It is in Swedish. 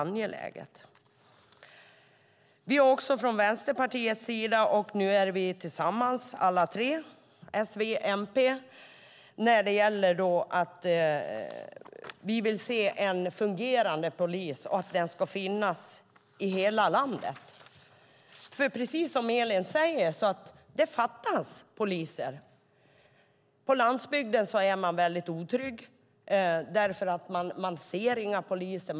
Nu vill vi tillsammans, S, V och MP, se en fungerande polis som ska finnas i hela landet. Precis som Elin säger fattas det poliser. Man är väldigt otrygg på landsbygden därför att man inte ser några poliser.